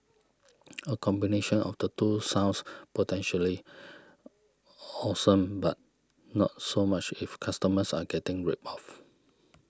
a combination of the two sounds potentially awesome but not so much if customers are getting ripped off